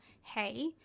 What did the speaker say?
hey